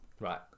Right